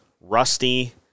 rusty